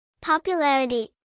Popularity